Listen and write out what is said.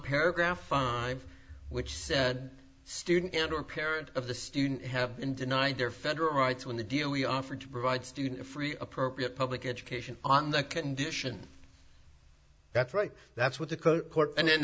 paragraph five which said student and or parent of the student have been denied their federal rights when the deal we offered to provide student free appropriate public education on the condition that's right that's what the court and then